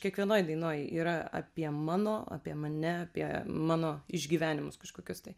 kiekvienoj dainoj yra apie mano apie mane apie mano išgyvenimus kažkokius tai